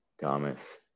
Thomas